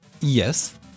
Yes